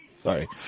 Sorry